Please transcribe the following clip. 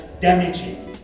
damaging